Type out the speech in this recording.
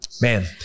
Man